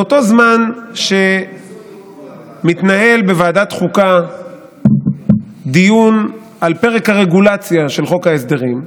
באותו זמן שמתנהל בוועדת חוקה דיון על פרק הרגולציה של חוק ההסדרים,